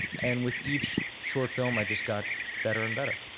and with each short film, i just got better and better.